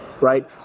right